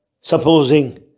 supposing